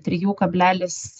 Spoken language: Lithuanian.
trijų kablelis